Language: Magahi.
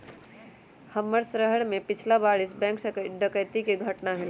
हमरे शहर में पछिला बरिस बैंक डकैती कें घटना भेलइ